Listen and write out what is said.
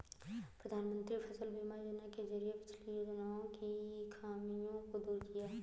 प्रधानमंत्री फसल बीमा योजना के जरिये पिछली योजनाओं की खामियों को दूर किया